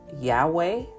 Yahweh